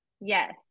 Yes